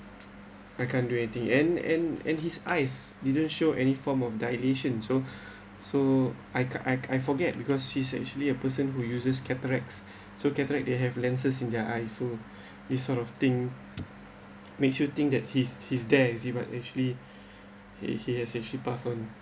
I can't do anything the and and and his eyes didn't show any form of dilation so so I I forget because he's actually a person who uses cataracts so cataracts they have lenses in their eyes so this sort of thing makes you think that his his there is he but actually he he has actually pass on